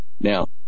Now